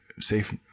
safe